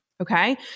Okay